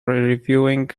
reviewing